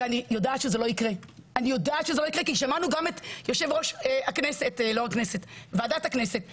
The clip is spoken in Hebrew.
ואני יודעת שזה לא יקרה כי שמענו גם את יושב-ראש ועדת הכנסת אומר: